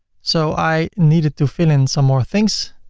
so i needed to fill in some more things.